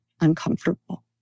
uncomfortable